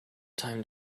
time